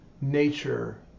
nature